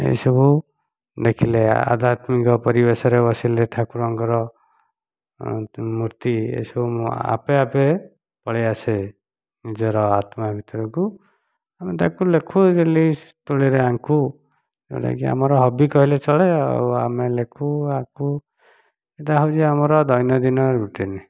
ଏହିସବୁ ଦେଖିଲେ ଆଧ୍ୟାତ୍ମିକ ପରିବେଶରେ ବସିଲେ ଠାକୁରଙ୍କର ମୂର୍ତ୍ତି ଏସବୁ ଆପେ ଆପେ ପଳେଇଆସେ ନିଜର ଆତ୍ମା ଭିତରକୁ ତାକୁ ଲେଖୁ ଡେଲି ତୁଳିରେ ଆଙ୍କୁ ଯେଉଁଟା କି ଆମ ହବି କହିଲେ ଚଳେ ଆମେ ଲେଖୁ ଆଙ୍କୁ ଏଇଟା ଆମର ଦୈନନ୍ଦିନ ରୁଟିନ୍